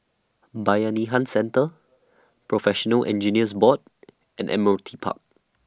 Bayanihan Centre Professional Engineers Board and Admiralty Park